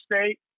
State